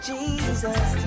Jesus